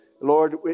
Lord